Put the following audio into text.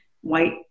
white